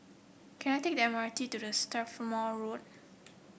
can I take the M R T to the Strathmore Road